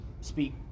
speak